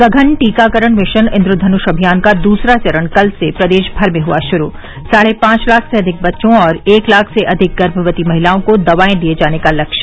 सघन टीकाकरण मिशन इन्द्रधनुष अभियान का दूसरा चरण कल से प्रदेश भर में हुआ शुरू साढ़े पांच लाख से अधिक बच्चों और एक लाख से अधिक गर्भवती महिलाओं को दवाएं दिये जाने का लक्ष्य